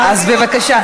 אז בבקשה.